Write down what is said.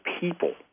people